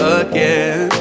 again